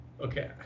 Okay